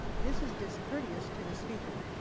this is discourteous to the speaker.